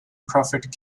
prophet